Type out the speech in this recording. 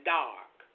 dark